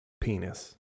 penis